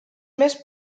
més